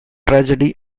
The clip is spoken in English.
tragedy